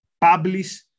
publish